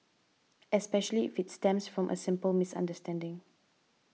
especially if it stems from a simple misunderstanding